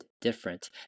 different